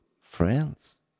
friends